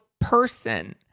person